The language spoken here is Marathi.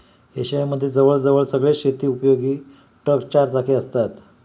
एशिया मध्ये जवळ जवळ सगळेच शेती उपयोगी ट्रक चार चाकी असतात